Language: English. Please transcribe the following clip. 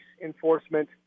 enforcement